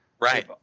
Right